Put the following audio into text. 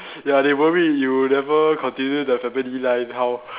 ya they worry you never continue the family life then how